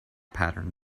pattern